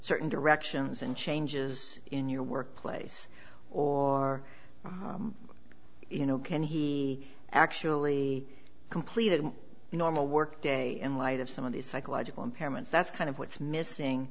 certain directions and changes in your workplace or you know can he actually completed a normal work day in light of some of the psychological impairments that's kind of what's missing